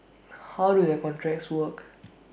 how do their contracts work